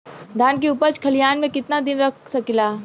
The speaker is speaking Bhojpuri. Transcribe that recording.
धान के उपज खलिहान मे कितना दिन रख सकि ला?